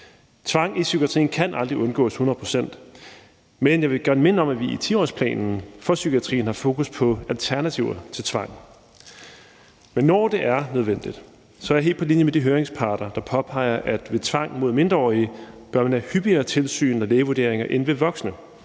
Tvang i psykiatrien kan aldrig undgås hundrede procent, men jeg vil godt minde om, at vi i 10-årsplanen for psykiatrien har fokus på alternativer til tvang. Men når det er nødvendigt, er jeg helt på linje med de høringsparter, der påpeger, at man ved tvang mod mindreårige bør have hyppigere tilsyn og lægevurderinger end ved voksne.